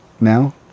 now